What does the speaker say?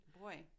Boy